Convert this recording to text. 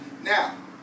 now